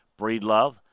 Breedlove